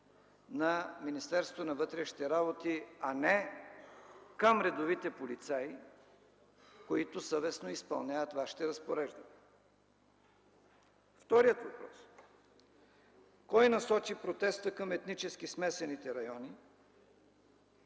на Министерството на вътрешните работи, а не към редовите полицаи, които съвестно изпълняват Вашите разпореждания. Вторият въпрос – кой насочи протеста към етнически смесените райони?